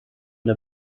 der